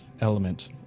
element